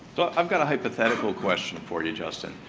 so, i've got a hypothetical question for you, justin.